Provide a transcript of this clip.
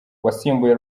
wasimbuye